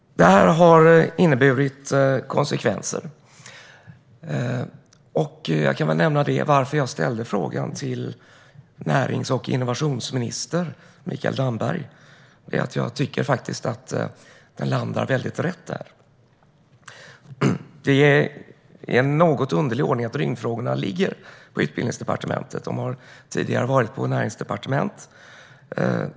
Detta har inneburit konsekvenser. Anledningen till att jag ställde interpellationen till närings och innovationsminister Mikael Damberg är att jag faktiskt tycker att den landar mycket rätt där. Det är en något underlig ordning att rymdfrågorna ligger på Utbildningsdepartementet. De har tidigare legat på Näringsdepartementet.